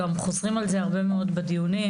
חוזרים על זה הרבה מאוד בדיונים.